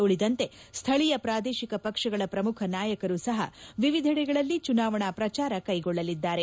ಉಳಿದಂತೆ ಸ್ನಳೀಯ ಪ್ರಾದೇಶಿಕ ಪಕ್ಷಗಳ ಶ್ರಮುಖ ನಾಯಕರು ಸಹ ವಿವಿಧೆಡೆಗಳಲ್ಲಿ ಚುನಾವಣಾ ಪ್ರಚಾರ ಕೈಗೊಳ್ಳಲಿದ್ದಾರೆ